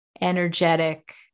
energetic